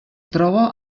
troba